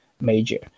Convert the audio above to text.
major